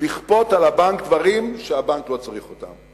לכפות על הבנק דברים שהבנק לא צריך אותם.